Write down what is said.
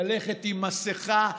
ללכת עם מסכה,